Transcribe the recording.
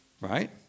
Right